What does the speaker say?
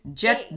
jet